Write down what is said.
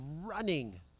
running